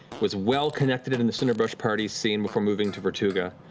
was well-connected in the cinderbrush party scene before moving to vertuga,